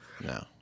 No